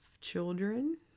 children